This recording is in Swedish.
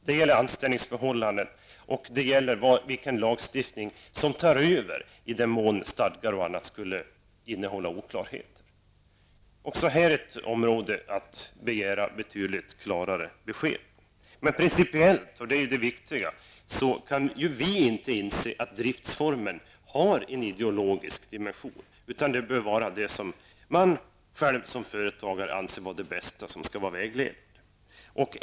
Det gäller anställningsförhållandet och vilken lagstiftning som tar över i den mån stadgar och annat skulle innehålla oklarheter. Här är ett område till där man behöver kräva betydligt klarare besked. Principiellt -- det är det viktiga -- kan vi inte inse att driftsformen har en ideologisk dimension. Det som man som företagare själv anser vara det bästa bör vara vägledande.